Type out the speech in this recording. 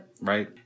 right